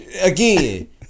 again